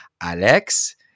Alex